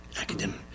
academic